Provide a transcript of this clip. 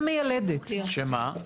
שמה?